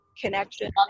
connection